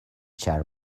ĉar